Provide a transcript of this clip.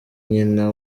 nyina